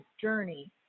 journey